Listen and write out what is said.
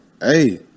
hey